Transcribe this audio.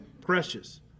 precious